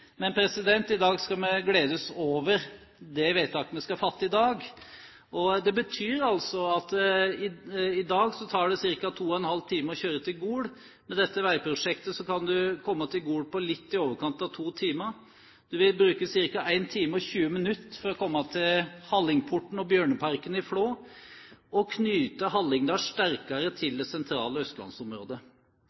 skal vi gledes over det vedtaket vi skal fatte i dag. I dag tar det ca. to og en halv time å kjøre til Gol. Med dette veiprosjektet kan man komme til Gol på litt i overkant av to timer. Man vil bruke ca. 1 time og 20 minutter for å komme til Hallingporten og Bjørneparken i Flå. Dette knytter Hallingdal sterkere til det sentrale østlandsområdet.